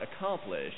accomplish